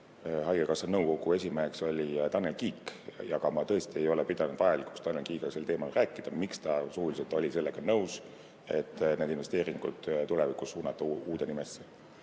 haigekassa nõukogu esimees oli Tanel Kiik. Aga ma tõesti ei ole pidanud vajalikuks Tanel Kiigega rääkida sel teemal, miks ta suuliselt oli sellega nõus, et need investeeringud tulevikus suunata uude nimesse.